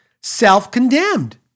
self-condemned